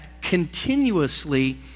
continuously